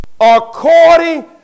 According